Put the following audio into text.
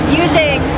using